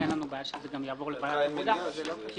ביקשנו להעביר את זה לוועדת העבודה הרוויחה והבריאות כי